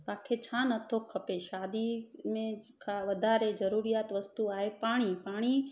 तव्हांखे छा नथो खपे शादी में खां वधारे ज़रूरी वस्तू आहे पाणी पाणी